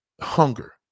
hunger